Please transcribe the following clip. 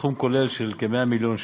בסכום כולל של כ-100 מיליון ש"ח.